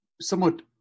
somewhat